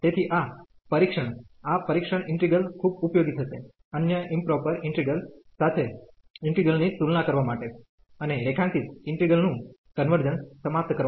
તેથી આ પરીક્ષણ આ પરીક્ષણ ઈન્ટિગ્રલ ખૂબ ઉપયોગી થશે અન્ય ઈમપ્રોપર ઈન્ટિગ્રલ સાથે ઈન્ટિગ્રલ ની તુલના કરવા માટે અને રેખાંકિત ઈન્ટિગ્રલ નું કન્વર્જન્સ સમાપ્ત કરવા માટે